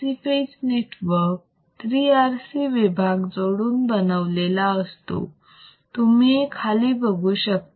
RC phase network 3RC विभाग जोडून बनलेला असतो तुम्ही हे खाली बघू शकता